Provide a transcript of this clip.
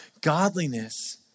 Godliness